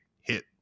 hit